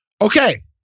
Okay